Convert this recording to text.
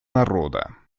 народа